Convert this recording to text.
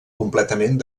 completament